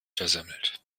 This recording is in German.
versemmelt